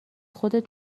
خودت